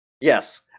yes